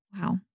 Wow